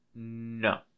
no